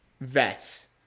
vets